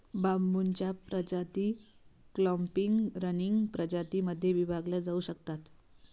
बांबूच्या प्रजाती clumping, running प्रजातीं मध्ये विभागल्या जाऊ शकतात